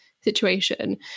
situation